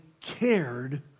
cared